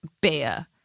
Beer